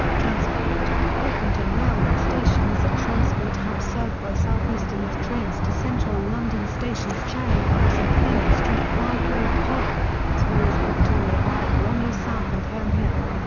transport orpington railway station is a transport hub served by southeastern with trains to central london stations charing cross and cannon street via grove park, as well as victoria via bromley south and herne hill.